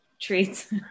treats